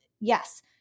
yes